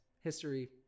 History